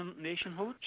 nationhood